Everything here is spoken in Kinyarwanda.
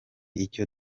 ibyo